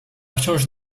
wciąż